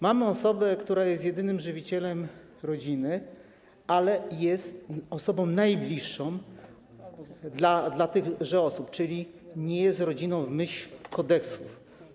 Mamy osobę, która jest jedynym żywicielem rodziny, ale jest osobą najbliższą dla tychże osób, czyli nie jest rodziną w myśl kodeksu.